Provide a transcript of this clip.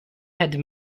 had